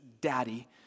daddy